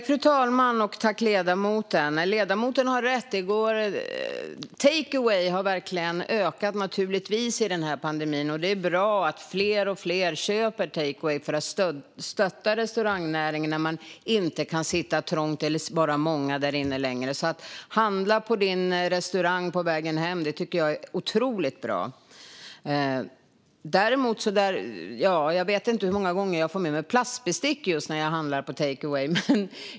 Fru talman! Ledamoten har rätt. Take away har verkligen ökat under pandemin. Det är bra att fler och fler köper take away för att stötta restaurangnäringen när man inte längre kan sitta trångt eller vara många i lokalerna. Handla på din restaurang på vägen hem! Det är otroligt bra. Jag vet inte hur många gånger jag får med mig just plastbestick när jag handlar take away.